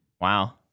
Wow